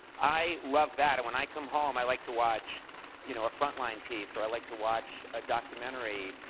i love that. and when i come home, i like to watch you know a frontline piece, or i like to watch a documentary.